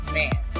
man